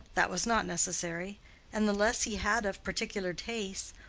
that was not necessary and the less he had of particular tastes,